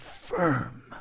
firm